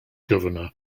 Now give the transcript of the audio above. governor